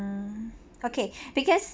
mm okay because